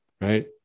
right